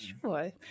Sure